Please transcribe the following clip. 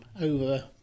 over